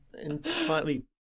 Entirely